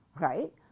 right